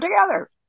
together